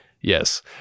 Yes